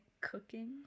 cooking